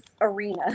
arena